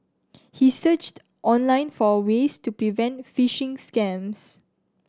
he searched online for ways to prevent phishing scams